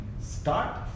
Start